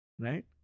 Right